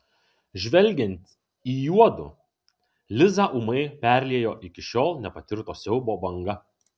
žvelgiant į juodu lizą ūmai perliejo iki šiol nepatirto siaubo banga